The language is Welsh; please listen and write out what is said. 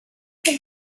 bob